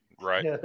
Right